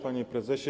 Panie Prezesie!